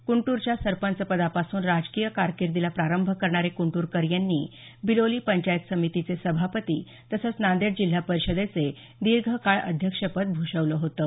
कुंटूरच्या सरपंच पदापासून राजकीय कारकिर्दीला प्रारंभ करणारे कुंटुरकर यांनी बिलोली पंचायत समितीचे सभापती तसंच नांदेड जिल्हा परिषदेचे दीर्घकाळ अध्यक्षपद भुषवलं होतं